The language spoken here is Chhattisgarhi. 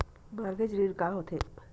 मॉर्गेज ऋण का होथे?